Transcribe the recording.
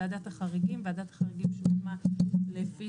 "ועדת החריגים" ועדת החריגים שהוקמה לפי